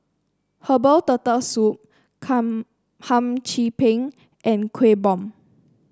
Herbal Turtle Soup Hum Chim Peng and Kueh Bom